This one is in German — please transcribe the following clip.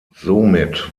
somit